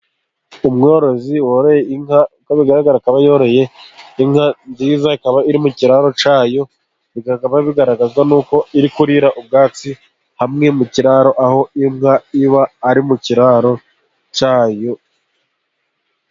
Umworozi waroye inka, uko bigaragara akaba yoroye inka nziza ikaba iri mu cyayo, bikaba bigaragazwa n'uko iri kurira ubwatsi hamwe mu kiraro, aho inka iba ari mu kiraro cyayo.